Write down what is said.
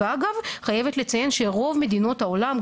ואגב חייבת לציין שרוב מדינות העולם,